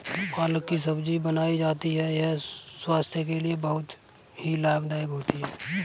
पालक की सब्जी बनाई जाती है यह स्वास्थ्य के लिए बहुत ही लाभदायक होती है